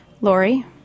Lori